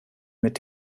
mit